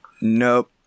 Nope